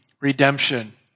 redemption